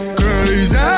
crazy